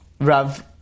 Rav